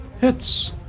Hits